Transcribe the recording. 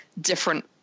different